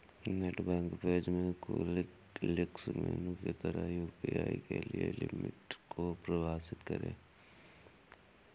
net bank page में quick links menu के तहत यू.पी.आई के लिए लिमिट को परिभाषित करें